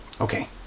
Okay